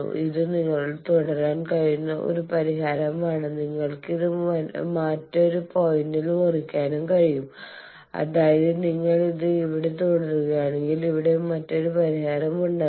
ഇത് നിങ്ങൾക്ക് തുടരാൻ കഴിയുന്ന ഒരു പരിഹാരമാണ് നിങ്ങൾക്ക് ഇത് മറ്റൊരു പോയിന്റിൽ മുറിക്കാനും കഴിയും അതായത് നിങ്ങൾ ഇത് ഇവിടെ തുടരുകയാണെങ്കിൽ ഇവിടെ മറ്റൊരു പരിഹാരം ഉണ്ടാകും